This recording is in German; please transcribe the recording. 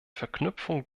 verknüpfung